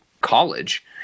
college